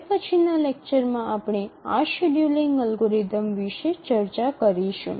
હવે પછીનાં લેક્ચરમાં આપણે આ શેડ્યુલિંગ અલ્ગોરિધમ વિશે ચર્ચા કરીશું